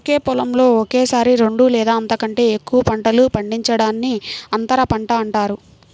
ఒకే పొలంలో ఒకేసారి రెండు లేదా అంతకంటే ఎక్కువ పంటలు పండించడాన్ని అంతర పంట అంటారు